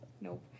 Nope